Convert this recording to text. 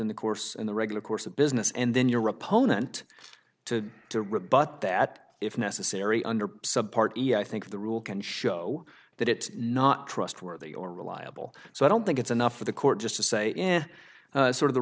in the course in the regular course of business and then your opponent to to rebut that if necessary under subpart i think the rule can show that it not trustworthy or reliable so i don't think it's enough for the court just to say in sort of the